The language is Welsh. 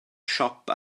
siop